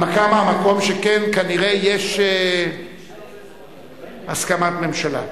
הנמקה מהמקום, שכן, כנראה, יש הסכמת ממשלה.